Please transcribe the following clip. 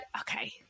okay